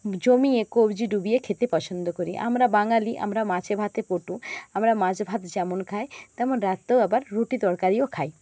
জমিয়ে কবজি ডুবিয়ে খেতে পছন্দ করি আমরা বাঙালি আমরা মাছে ভাতে পটু আমরা মাছ ভাত যেমন খাই তেমন রাত্রেও আবার রুটি তরকারিও খাই